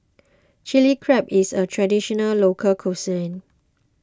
Chili Crab is a Traditional Local Cuisine